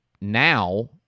now